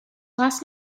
last